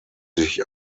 sich